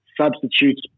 substitutes